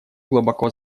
глубоко